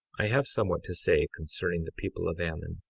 i have somewhat to say concerning the people of ammon,